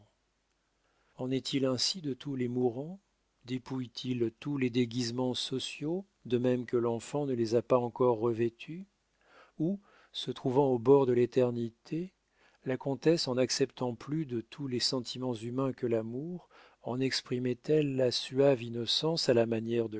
en est-il ainsi de tous les mourants dépouillent ils tous les déguisements sociaux de même que l'enfant ne les a pas encore revêtus ou se trouvant au bord de l'éternité la comtesse en n'acceptant plus de tous les sentiments humains que l'amour en exprimait elle la suave innocence à la manière de